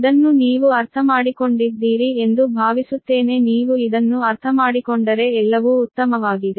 ಇದನ್ನು ನೀವು ಅರ್ಥಮಾಡಿಕೊಂಡಿದ್ದೀರಿ ಎಂದು ಭಾವಿಸುತ್ತೇನೆ ನೀವು ಇದನ್ನು ಅರ್ಥಮಾಡಿಕೊಂಡರೆ ಎಲ್ಲವೂ ಉತ್ತಮವಾಗಿದೆ